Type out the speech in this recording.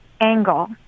angle